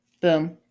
Boom